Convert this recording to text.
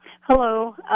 Hello